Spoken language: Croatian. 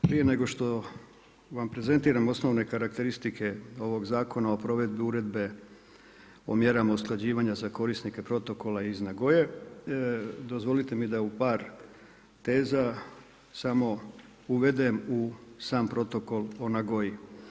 Prije nego što vam prezentiram osnovne karakteristike ovog Zakona o provedbi Uredbe o mjerama usklađivanja za korisnike Protokola iz Nagoye dozvolite mi da u par teza samo uvedem u sam protokol u Nagoyi.